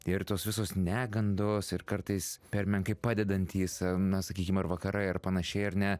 ir tos visos negandos ir kartais per menkai padedantys na sakykim ar vakarai ar panašiai ar ne